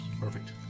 Perfect